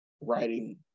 writing